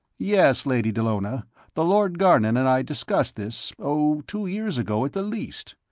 yes, lady dallona the lord garnon and i discussed this, oh, two years ago at the least.